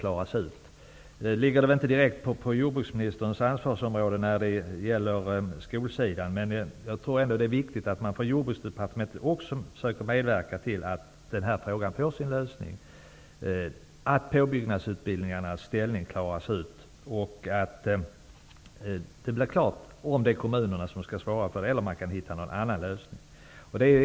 Eftersom det gäller skolsidan ligger det väl inte direkt på jordbruksministerns ansvarsområde, men jag tror ändå att det är viktigt att man också från Jordbruksdepartementet försöker medverka till att den frågan får sin lösning, att påbyggnadsutbildningarnas ställning klaras ut och att det blir klart om kommunerna skall svara för dem eller om man kan hitta någon annan lösning.